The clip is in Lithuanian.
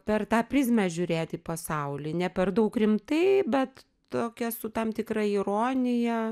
per tą prizmę žiūrėt į pasaulį ne per daug rimtai bet tokia su tam tikra ironija